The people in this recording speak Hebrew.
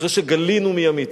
אחרי שגלינו מימית.